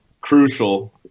crucial